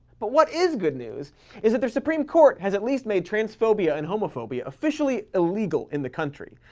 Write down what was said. but what is good news is that their supreme court has at least made transphobia and homophobia officially illegal in the country,